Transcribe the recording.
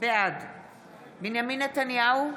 בעד בנימין נתניהו,